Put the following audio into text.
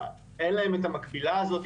אין להם את המקבילה הזאת,